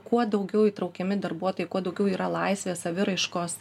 kuo daugiau įtraukiami darbuotojai kuo daugiau yra laisvės saviraiškos